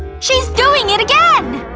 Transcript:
she's doing it again!